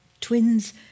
twins